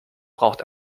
braucht